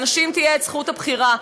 לאנשים תהיה זכות בחירה,